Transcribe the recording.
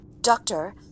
Doctor